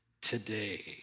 today